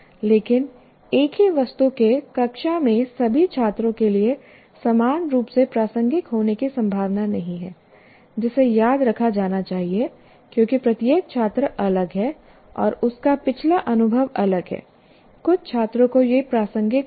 लेकिन एक ही वस्तु के कक्षा में सभी छात्रों के लिए समान रूप से प्रासंगिक होने की संभावना नहीं है जिसे याद रखा जाना चाहिए क्योंकि प्रत्येक छात्र अलग है और उसका पिछला अनुभव अलग है कुछ छात्रों को यह प्रासंगिक लगेगा